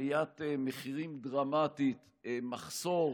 עליית מחירים דרמטית, מחסור